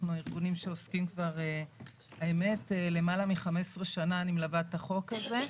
אנחנו ארגונים שעוסקים למעלה מ-15 שנה אני מלווה את החוק הזה.